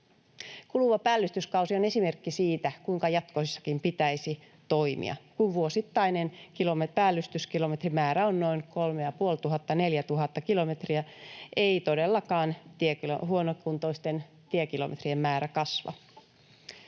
Kuluva päällystyskausi on esimerkki siitä, kuinka jatkossakin pitäisi toimia. Kun vuosittainen päällystyskilometrimäärä on noin 3 500—4 000 kilometriä, ei todellakaan huonokuntoisten tiekilometrien määrä kasva.